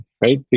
right